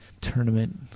tournament